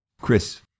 Chris